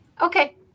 Okay